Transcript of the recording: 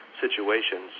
situations